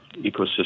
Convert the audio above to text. ecosystem